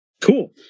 Cool